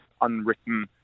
unwritten